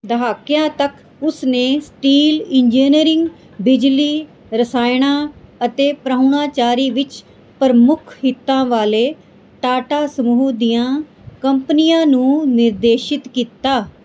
ਦਹਾਕਿਆਂ ਤੱਕ ਉਸ ਨੇ ਸਟੀਲ ਇੰਜੀਨੀਅਰਿੰਗ ਬਿਜਲੀ ਰਸਾਇਣਾਂ ਅਤੇ ਪ੍ਰਾਹੁਣਾਚਾਰੀ ਵਿੱਚ ਪ੍ਰਮੁੱਖ ਹਿੱਤਾਂ ਵਾਲੇ ਟਾਟਾ ਸਮੂਹ ਦੀਆਂ ਕੰਪਨੀਆਂ ਨੂੰ ਨਿਰਦੇਸ਼ਿਤ ਕੀਤਾ